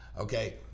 okay